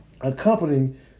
accompanying